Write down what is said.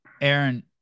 Aaron